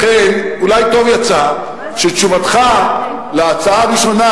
לכן אולי טוב יצא שתשובתך על ההצעה הראשונה